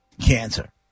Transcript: cancer